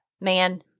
man